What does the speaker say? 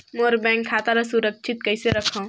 मोर bank खाता ला सुरक्षित कइसे रखव?